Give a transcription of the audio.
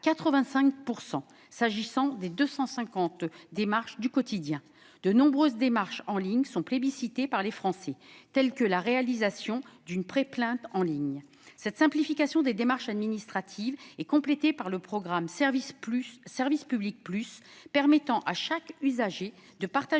85 % s'agissant des 250 démarches du quotidien. De nombreuses démarches en ligne sont plébiscitées par les Français. Je pense notamment à la réalisation d'une pré-plainte. Cette simplification des démarches administratives est complétée par le programme Services Publics +, qui permet à chaque usager de partager